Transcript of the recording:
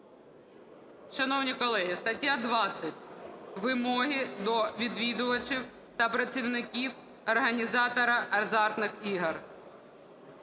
Шановні колеги, стаття 20 "Вимоги до відвідувачів та працівників організатора азартних ігор".